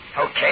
Okay